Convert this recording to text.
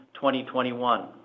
2021